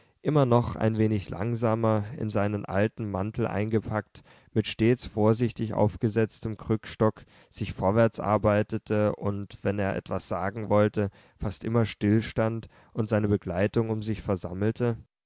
immer noch ein wenig langsamer in seinen alten mantel eingepackt mit stets vorsichtig aufgesetztem krückstock sich vorwärts arbeitete und wenn er etwas sagen wollte fast immer stillstand und seine begleitung um sich versammelte